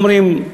איך אומרים?